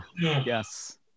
Yes